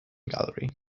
gallery